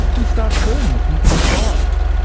and starts burning its nuclear fires.